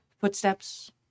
footsteps